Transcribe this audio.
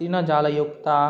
तिनजालयुक्ताः